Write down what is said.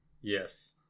Yes